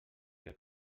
que